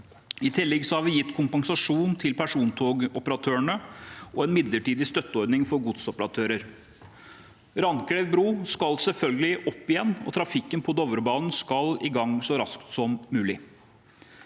I tillegg har vi gitt kompensasjon til persontogoperatørene og en midlertidig støtteordning for godsoperatører. Randklev bru skal selvfølgelig opp igjen, og trafikken på Dovrebanen skal i gang så raskt som mulig.